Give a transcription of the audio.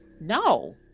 no